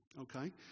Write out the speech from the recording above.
Okay